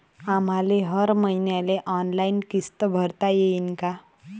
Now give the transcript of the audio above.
आम्हाले हर मईन्याले ऑनलाईन किस्त भरता येईन का?